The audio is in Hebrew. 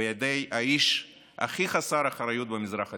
בידי האיש הכי חסר אחריות במזרח התיכון.